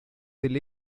del